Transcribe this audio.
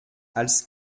als